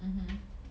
mmhmm